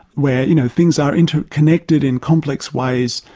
where you know things are inter-connected in complex ways,